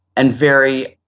and very,